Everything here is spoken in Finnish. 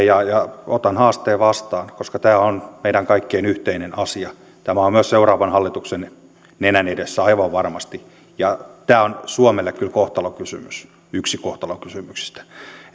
ja ja otan haasteen vastaan koska tämä on meidän kaikkien yhteinen asia tämä on myös seuraavan hallituksen nenän edessä aivan varmasti tämä on suomelle kyllä kohtalon kysymys yksi kohtalon kysymyksistä tämä